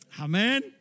Amen